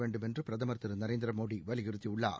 வேண்டும் என்று பிரதமர் திரு நரேந்திர மோடி வலியுறுத்துள்ளார்